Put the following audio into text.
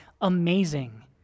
amazing